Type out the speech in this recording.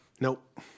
Nope